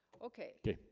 okay,